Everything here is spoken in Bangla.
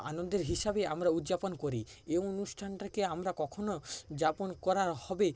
আনন্দ হিসাবে আমরা উদযাপন করি এই অনুষ্ঠানটাকে আমরা কখনো যাপন করার হবে